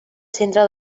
centre